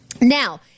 now